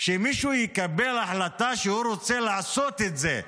שמישהו יקבל החלטה שהוא רוצה לעשות את זה,